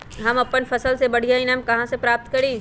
हम अपन फसल से बढ़िया ईनाम कहाँ से प्राप्त करी?